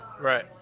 Right